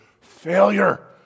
failure